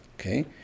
Okay